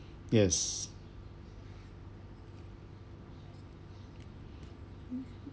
yes